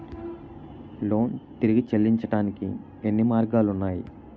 Loan తిరిగి చెల్లించటానికి ఎన్ని మార్గాలు ఉన్నాయి?